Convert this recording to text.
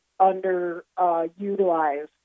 underutilized